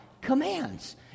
commands